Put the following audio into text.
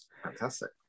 Fantastic